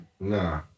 Nah